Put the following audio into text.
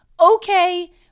okay